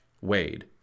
wade